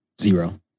Zero